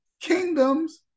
kingdoms